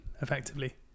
effectively